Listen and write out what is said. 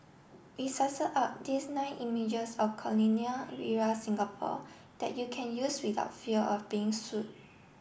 we sussed out these nine images of colonial era Singapore that you can use without fear of being sued